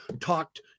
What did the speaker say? talked